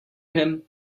him